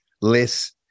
less